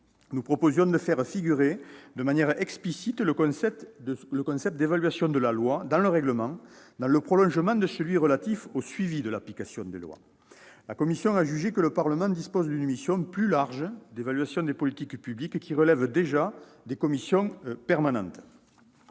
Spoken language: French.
Nous proposions de faire figurer de manière explicite la notion d'« évaluation de la loi » dans notre règlement, dans le prolongement de la référence au « suivi de l'application de la loi ». La commission a jugé que le Parlement dispose d'une mission plus large d'évaluation des politiques publiques, qui relève déjà des commissions permanentes.